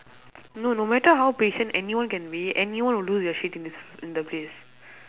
no no matter how patient anyone can be anyone will lose their shit in this in the place